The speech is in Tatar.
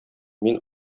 мин